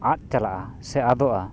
ᱟᱫ ᱪᱟᱞᱟᱜᱼᱟ ᱥᱮ ᱟᱫᱚᱜᱼᱟ